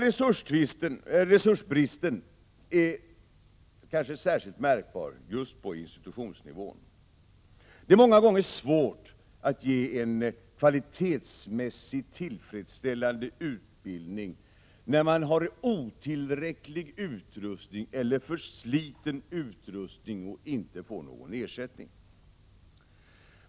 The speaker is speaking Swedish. § Resursbristen är kanske särskilt märkbar just på institutionsnivå. Det är många gånger svårt att ge en kvalitetsmässig tillfredsställande utbildning när man har otillräcklig eller för sliten utrustning och inte får någon ersättning.